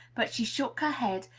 but she shook her head,